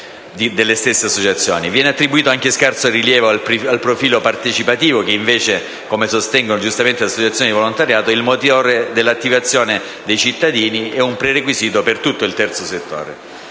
Viene attribuito anche scarso rilievo al profilo partecipativo che, invece - come sostengono giustamente le associazioni di volontariato -, è il motore dell'attivazione dei cittadini e un prerequisito per tutto il terzo settore.